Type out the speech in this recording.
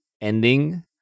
ending